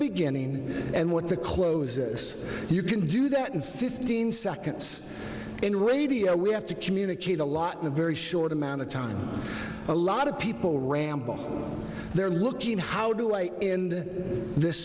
beginning and what the close this you can do that in fifteen seconds in radio we have to communicate a lot in a very short amount of time a lot of people ramble on they're looking at how do i in this